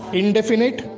indefinite